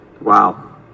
Wow